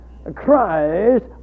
Christ